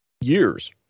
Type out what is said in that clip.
years